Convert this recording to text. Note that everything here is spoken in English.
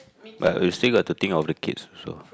but we still got to think of the kids also